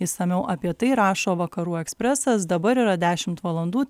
išsamiau apie tai rašo vakarų ekspresas dabar yra dešimt valandų